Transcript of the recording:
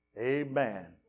Amen